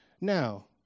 Now